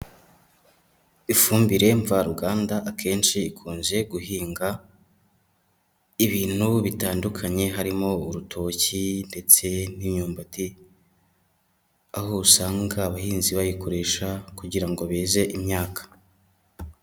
Ifumbire mva ruganda akenshi ikunze guhinga ibintu bitandukanye, harimo urutoki ndetse n'imyumbati, aho usanga abahinzi bayikoresha kugira ngo beze imyaka.